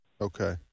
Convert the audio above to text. Okay